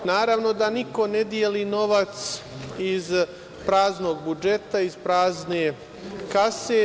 Naravno da niko ne deli novac iz praznog budžeta, iz prazne kase.